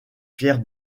pierre